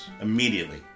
immediately